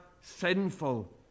sinful